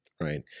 Right